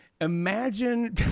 Imagine